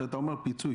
כשאתה אומר פיצוי.